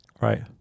Right